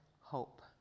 hope